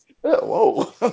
whoa